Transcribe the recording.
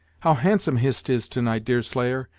how handsome hist is to-night, deerslayer,